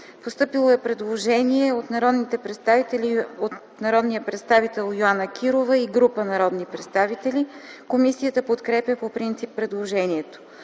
Постъпило е предложение по § 2 от народния представител Йоана Кирова и група народни представители. Комисията подкрепя по принцип предложението.